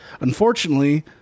unfortunately